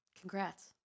Congrats